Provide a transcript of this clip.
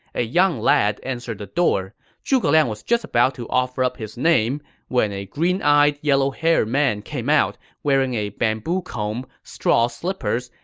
a young lad answered the door. zhuge liang was just about to offer up his name when a green-eyed, yellow-haired man came out, wearing a bamboo comb, straw slippers,